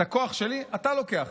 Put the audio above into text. את הכוח שלי אתה לוקח.